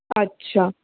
اچھا